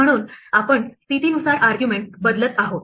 म्हणून आपण स्थितीनुसार आर्ग्युमेंट बदलत आहोत